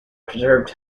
preserved